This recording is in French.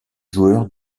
joueur